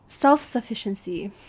Self-sufficiency